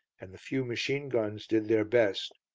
and the few machine guns did their best.